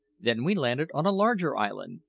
then we landed on a larger island,